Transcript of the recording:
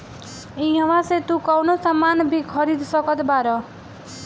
इहवा से तू कवनो सामान भी खरीद सकत बारअ